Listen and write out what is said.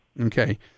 Okay